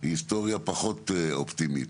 היא היסטוריה פחות אופטימית.